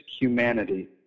humanity